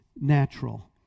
natural